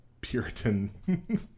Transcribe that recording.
Puritan